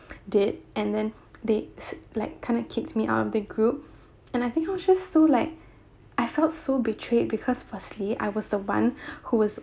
did and then they like kind of kicked me out of the group and I think I was just so like I felt so betrayed because firstly I was the one who was